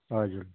हजुर